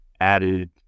added